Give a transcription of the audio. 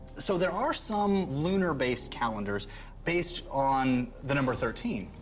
so there are some lunar-based calendars based on the number thirteen,